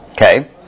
Okay